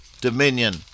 dominion